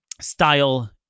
style